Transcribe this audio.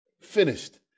Finished